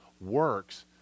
works